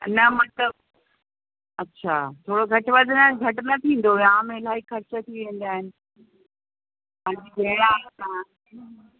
न मतलबु अच्छा थोरो घटि वधि न घटि न थींदो विहांउ में इलाही ख़र्चु थी वेंदा आहिनि पूरा आहियूं पाणि